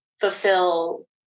fulfill